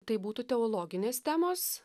tai būtų teologinės temos